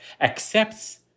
accepts